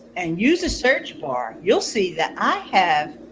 and use the search bar, you'll see that i have